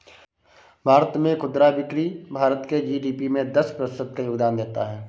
भारत में खुदरा बिक्री भारत के जी.डी.पी में दस प्रतिशत का योगदान देता है